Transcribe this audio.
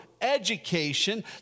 education